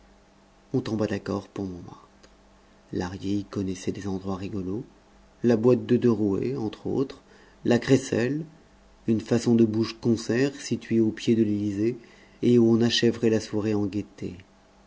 on tomba d'accord pour montmartre lahrier y connaissait des endroits rigolos la boîte de derouet entre autres la crécelle une façon de bouge concert situé au pied de l'élysée et où on achèverait la soirée en gaieté